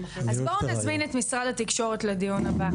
אז בואו נזמין את משרד התקשורת לדיון הבא